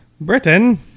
Britain